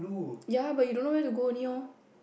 ya but you don't know where to go only lorh